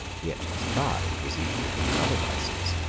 yet his pride was equal to his other vices.